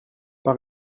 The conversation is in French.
pas